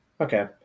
Okay